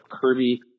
Kirby